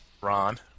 Ron